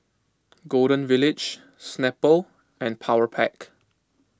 Golden Village Snapple and Powerpac